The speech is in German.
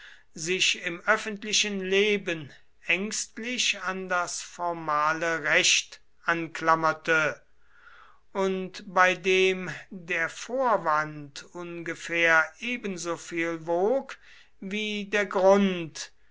sich im öffentlichen leben ängstlich an das formale recht anklammerte und bei dem der vorwand ungefähr ebensoviel wog wie der grund